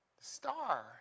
star